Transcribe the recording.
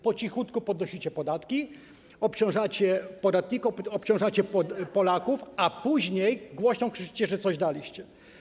Po cichutku podnosicie podatki, obciążacie podatników, obciążacie Polaków, a później głośno krzyczcie, że coś daliście.